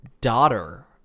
daughter